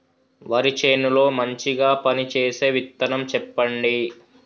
వరి చేను లో మంచిగా పనిచేసే విత్తనం చెప్పండి?